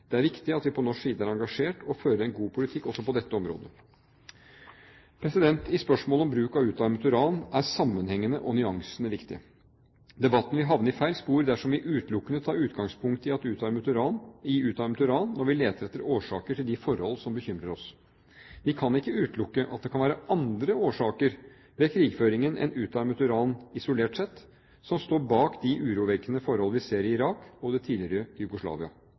Det er viktig at vi på norsk side er engasjert og fører en god politikk også på dette området. I spørsmålet om bruk av utarmet uran er sammenhengene og nyansene viktig. Debatten vil havne i feil spor dersom vi utelukkende tar utgangspunkt i utarmet uran når vi leter etter årsaker til de forhold som bekymrer oss. Vi kan ikke utelukke at det kan være andre årsaker ved krigføringen enn utarmet uran, isolert sett, som står bak de urovekkende forhold vi ser i Irak og i det tidligere Jugoslavia.